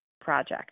project